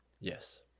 Yes